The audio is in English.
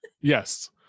Yes